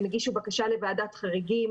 הם הגישו בקשה לוועדת חריגים,